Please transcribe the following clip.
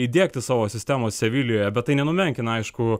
įdiegti savo sistemos sevilijoje bet tai nenumenkina aišku